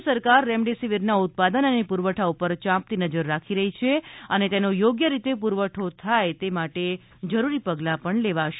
કેન્દ્ર સરકાર રેમડેસીવીરના ઉત્પાદન અને પુરવઠા ઉપર ચાંપતી નજર રાખી રહી છે અને તેનો યોગ્ય રીતે પૂરવઠો થાય તે માટે જરૂરી પગલાં લેવાશે